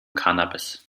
cannabis